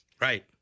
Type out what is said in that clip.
Right